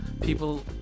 people